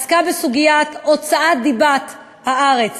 עסקה בסוגיית הוצאת דיבת הארץ